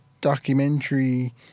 documentary